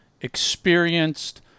experienced